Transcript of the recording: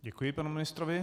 Děkuji panu ministrovi.